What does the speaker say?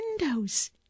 windows